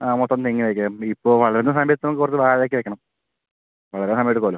ആ മൊത്തം തെങ്ങ് കായ്ക്ക ഇപ്പോൾ വളരുന്ന സമയത്ത് നമുക്ക് കുറച്ച് വാഴ ഒക്കെ വെക്കണം വളരാൻ സമയം എടുക്കുമല്ലോ